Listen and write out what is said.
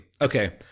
Okay